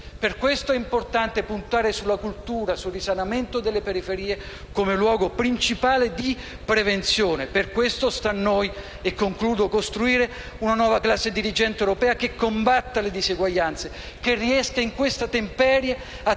Per questo è importante puntare sulla cultura, sul risanamento delle periferie come luogo principale di prevenzione. Per questo sta a noi costruire una nuova classe dirigente europea che combatta la diseguaglianza, che riesca, in questa temperie, a tener